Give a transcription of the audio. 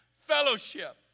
fellowship